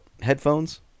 headphones